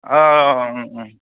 औ